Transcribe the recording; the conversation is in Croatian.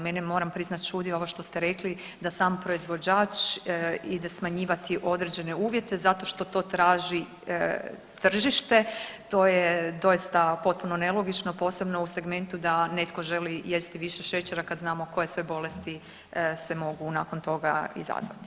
Mene moram priznat čudi ovo što ste rekli da sam proizvođač ide smanjivati određene uvjete zato što to traži tržište, to je doista potpuno nelogično, posebno u segmentu da netko želi jesti više šećera kad znamo koje sve bolesti se mogu nakon toga izazvati.